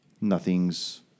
Nothing's